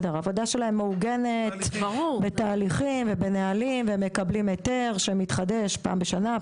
העבודה שלהם מעוגנת בתהליכים ובנהלים ומקבלים היתר שמתחדש פעם בשנה,